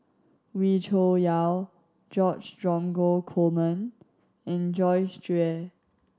Wee Cho Yaw George Dromgold Coleman and Joyce Jue